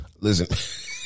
Listen